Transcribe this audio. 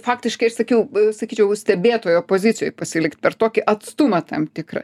tai faktiškai ir sakiau sakyčiau stebėtojo pozicijoj pasilikt per tokį atstumą tam tikrą